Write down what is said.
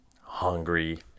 hungry